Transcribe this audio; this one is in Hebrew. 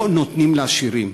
לא נותנים לעשירים,